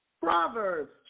Proverbs